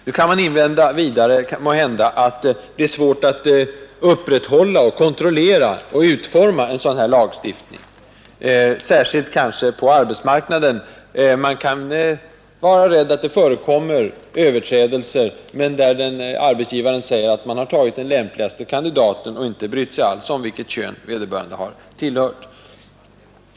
Nu kan man måhända invända att det är svårt att utforma, kontrollera och upprätthålla en sådan lagstiftning, kanske särskilt på arbetsmarknaden. Man kan misstänka att det förekommer överträdelser, men arbetsgivaren kan därvid säga att den lämpligaste kandidaten fått platsen och att inga som helst hänsyn tagits till vilket kön vederbörande tillhör.